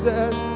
Says